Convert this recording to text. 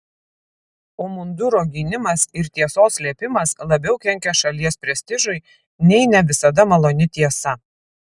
o munduro gynimas ir tiesos slėpimas labiau kenkia šalies prestižui nei ne visada maloni tiesa